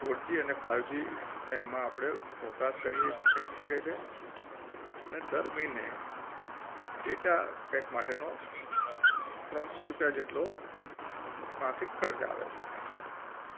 four G અને ફાઈવજીને એમાં આપણે વપરાશ કરીએ થઈ શકે છે અને દર મહિને ડેટા પેક માટેનો ત્રણસો રૂપિયા જેટલો માસિક ખર્ચ આવે છે